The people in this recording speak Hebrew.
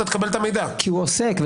כי הוא עוסק.